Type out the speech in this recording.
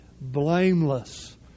blameless